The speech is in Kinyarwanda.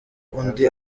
undi